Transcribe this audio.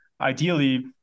ideally